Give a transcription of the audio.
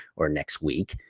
or next week,